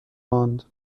ماند